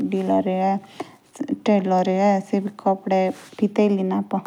करो।